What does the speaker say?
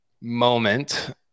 moment